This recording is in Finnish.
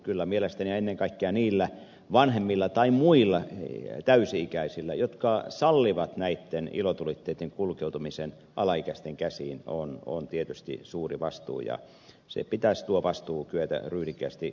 kyllä mielestäni ennen kaikkea niillä vanhemmilla tai muilla täysi ikäisillä jotka sallivat näitten ilotulitteitten kulkeutumisen alaikäisten käsiin on tietysti suuri vastuu ja se vastuu pitäisi kyetä ryhdikkäästi kantamaan